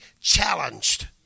challenged